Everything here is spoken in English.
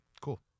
Cool